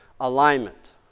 alignment